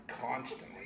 constantly